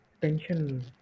tension